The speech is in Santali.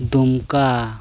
ᱫᱩᱢᱠᱟ